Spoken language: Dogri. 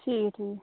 ठीक ऐ ठीक